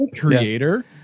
creator